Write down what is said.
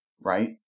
Right